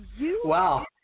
Wow